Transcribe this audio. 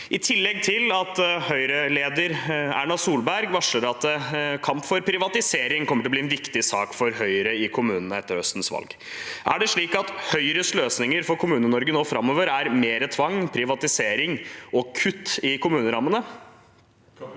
i tillegg at Høyres leder, Erna Solberg, varsler at kamp for privatisering kommer til å bli en viktig sak for Høyre i kommunene etter høstens valg. Er det slik at Høyres løsninger for Kommune-Norge nå framover er mer tvang, privatisering og kutt i kommunerammene?